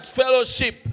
fellowship